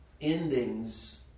endings